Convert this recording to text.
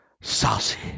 saucy